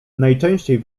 najczęściej